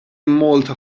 malta